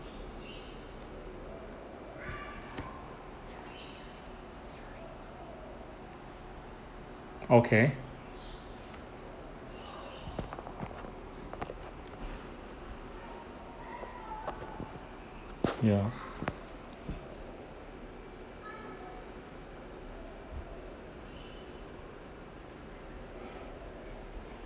okay ya